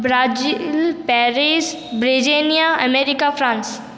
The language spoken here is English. Brazil Paris virginia America France